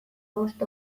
bost